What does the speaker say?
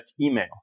email